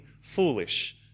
foolish